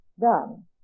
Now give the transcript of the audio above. done